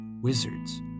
wizards